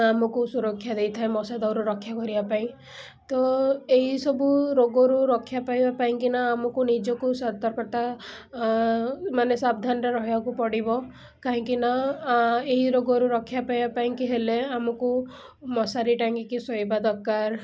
ଆମକୁ ସୁରକ୍ଷା ଦେଇଥାଏ ମଶା ଦାଉରୁ ରକ୍ଷା କରିବା ପାଇଁ ତ ଏଇସବୁ ରୋଗରୁ ରକ୍ଷା ପାଇବା ପାଇଁ କି ନା ଆମକୁ ନିଜକୁ ସତର୍କତା ମାନେ ସାବଧାନରେ ରହିବାକୁ ପଡ଼ିବ କାହିଁକିନା ଏହି ରୋଗରୁ ରକ୍ଷା ପାଇବା ପାଇଁକି ହେଲେ ଆମକୁ ମଶାରୀ ଟାଙ୍ଗିକି ଶୋଇବା ଦରକାର